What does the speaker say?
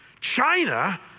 China